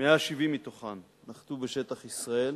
170 מתוכן נחתו בשטח ישראל,